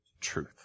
truth